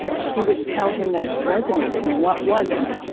she would tell him what was resonating and what wasn't.